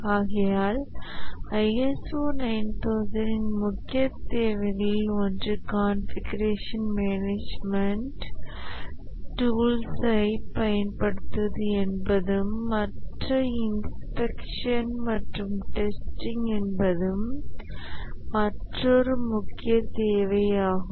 ஆகையால் ISO 9001 இன் முக்கிய தேவைகளில் ஒன்று கான்ஃபிகுரேஷன் மேனேஜ்மென்ட் டூல்ஸைப் பயன்படுத்துவது என்பதும் மற்றும் இன்ஸ்பெக்ஷன் மற்றும் டெஸ்டிங் என்பதும் மற்றொரு முக்கிய தேவை ஆகும்